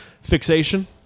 Fixation